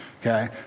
Okay